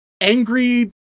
angry